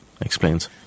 explains